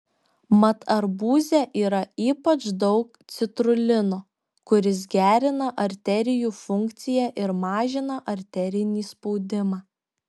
mat arbūze yra ypač daug citrulino kuris gerina arterijų funkciją ir mažina arterinį spaudimą